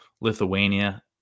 lithuania